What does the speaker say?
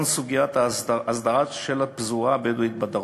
סוגיית ההסדרה של הפזורה הבדואית בדרום,